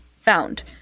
found